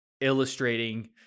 illustrating